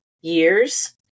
years